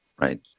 Right